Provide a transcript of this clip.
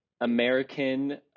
American